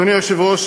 אדוני היושב-ראש,